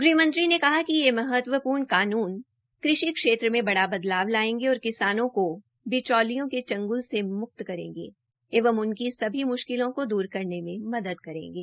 श्री शाह ने कहा कि ये महत्वपूर्ण कानून कृषि क्षेत्र मे बड़ा बदलावा पायेंगे और किसानों का बिचौलियों के च्ंगल से मुक्त करेगे एवं उनकी सभी मुशिकलों को दूर करने में मदद करेंगे